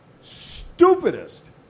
stupidest